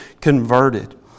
converted